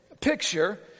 picture